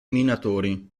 minatori